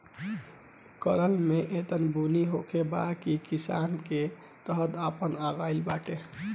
केरल में एतना बुनी होखले बा की किसान के त आफत आगइल बाटे